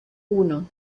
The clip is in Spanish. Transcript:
uno